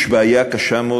במשרד הרווחה יש בעיה קשה מאוד,